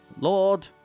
Lord